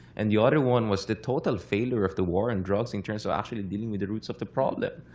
and the other one was the total failure of the war on and drugs in terms of actually and dealing with the roots of the problem.